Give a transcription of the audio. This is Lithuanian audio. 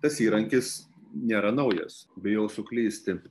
tas įrankis nėra naujas bijau suklysti